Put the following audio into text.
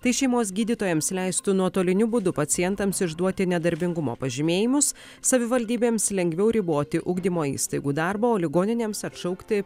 tai šeimos gydytojams leistų nuotoliniu būdu pacientams išduoti nedarbingumo pažymėjimus savivaldybėms lengviau riboti ugdymo įstaigų darbą o ligoninėms atšaukti